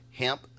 Hemp